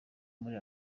muri